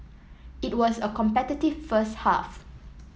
it was a competitive first half